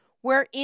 wherein